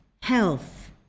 health